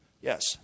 Yes